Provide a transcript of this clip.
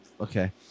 okay